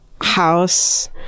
house